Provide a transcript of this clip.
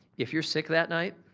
if you're sick that night,